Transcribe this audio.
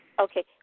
Okay